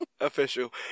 official